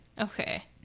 okay